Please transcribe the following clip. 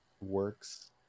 works